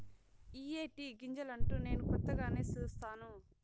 ఇయ్యే టీ గింజలంటా నేను కొత్తగానే సుస్తాను